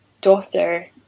daughter